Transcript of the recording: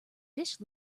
dish